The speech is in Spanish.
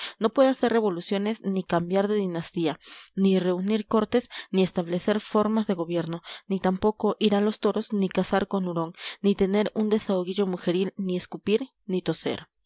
no puede hacer revoluciones ni cambiar de dinastía ni reunir cortes ni establecer formas de gobierno ni tampoco ir a los toros ni cazar con hurón ni tener un desahoguillo mujeril ni escupir ni toser